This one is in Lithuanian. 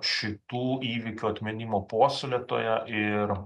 šitų įvykių atminimo puoselėtoja ir